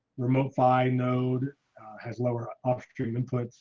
remote fine node has lower upstream inputs